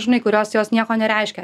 žinai kurios jos nieko nereiškia